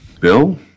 Bill